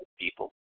people